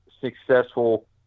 successful